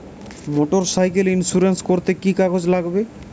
Motorcycle insurance করতে কি কি কাগজ লাগবে?